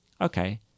okay